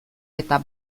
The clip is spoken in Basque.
eta